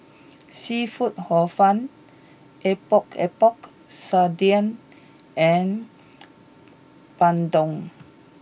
Seafood Hor Fun Epok Epok Sardin and Bandung